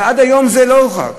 ועד היום זה לא חוקק.